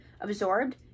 Absorbed